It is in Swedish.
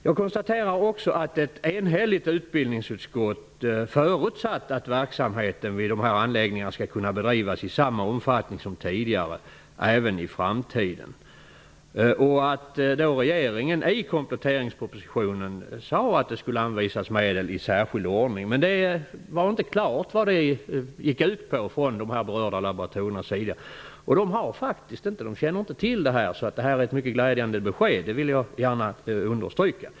Jag konstaterar också att ett enhälligt utbildnigsutskott förutsatt att verksamheten vid de här anläggningarna skall kunna bedrivas i samma omfattning som tidigare även i framtiden och att regeringen i kompletteringspropositionen sade att det skulle anvisas medel i särskild ordning. De berörda laboratorierna hade emellertid inte klart för sig vad detta gick ut på. De känner inte till det här, så beskedet är mycket glädjande för dem, det vill jag gärna understryka.